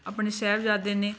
ਆਪਣੇ ਸਾਹਿਬਜ਼ਾਦੇ ਨੇ